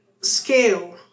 scale